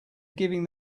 giving